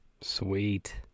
Sweet